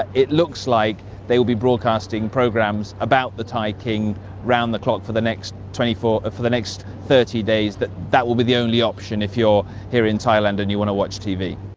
it looks like they will be broadcasting programs about the thai king around the clock for the next for for the next thirty days. that that will be the only option if you are here in thailand and you want to watch tv.